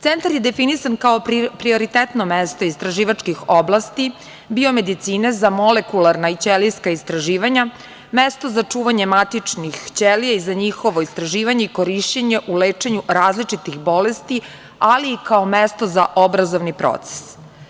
Centar je definisan kao prioritetno mesto istraživačkih oblasti, biomedicine za molekularna i ćelijska istraživanja, mesto za čuvanje matičnih ćelija i za njihovo istraživanje i korišćenje u lečenju različitih bolesti, ali i kao mesto za obrazovni proces.